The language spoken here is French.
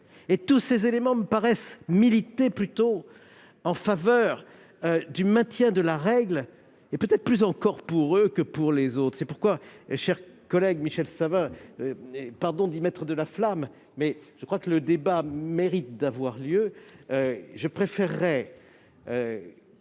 ? Tous ces éléments me paraissent militer en faveur du maintien de la règle, et peut-être plus encore pour eux que pour les autres. C'est pourquoi, mon cher collègue- pardon d'y mettre de la flamme, mais je crois que le débat mérite d'avoir lieu -, je préférerais